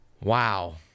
Wow